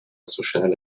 sociale